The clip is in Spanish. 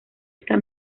hasta